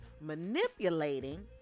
manipulating